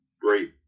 great